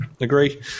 agree